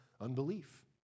unbelief